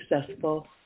successful